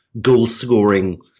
goal-scoring